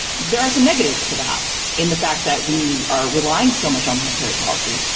there are some negatives to that in the fact that when you are relying so much on monetary policy,